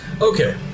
Okay